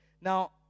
Now